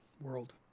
world